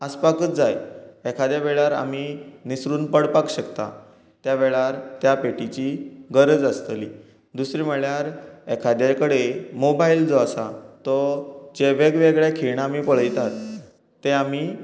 आसपाकच जाय एखाद्या वेळार आमी निसरून पडपाक शकतात त्या वेळार त्या पेटीची गरज आसतली दुसरे म्हळ्यार एखाद्या कडेन मोबायल जो आसा तो जे वेगवेगळें खीण आमी पळयतात तें आमी